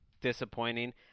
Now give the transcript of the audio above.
disappointing